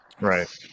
Right